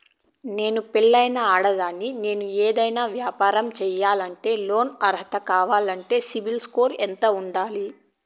నేను పెళ్ళైన ఆడదాన్ని, నేను ఏదైనా వ్యాపారం సేయాలంటే లోను అర్హత కావాలంటే సిబిల్ స్కోరు ఎంత ఉండాలి?